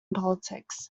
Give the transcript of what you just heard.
politics